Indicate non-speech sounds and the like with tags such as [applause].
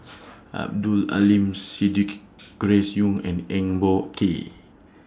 [noise] Abdul Aleem Siddique Grace Young and Eng Boh Kee